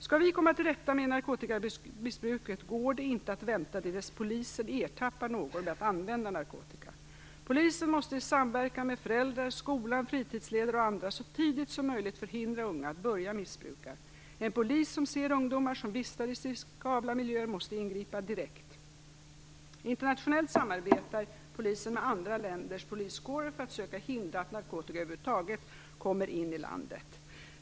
Skall vi komma till rätta med narkotikamissbruket går det inte att vänta till dess att polisen ertappar någon med att använda narkotika. Polisen måste i samverkan med föräldrar, skola, fritidsledare och andra så tidigt som möjligt förhindra unga att börja missbruka. En polis som ser ungdomar som vistas i riskabla miljöer måste ingripa direkt. Internationellt samarbetar polisen med andra länders poliskårer för att söka hindra att narkotika över huvud taget kommer in i landet.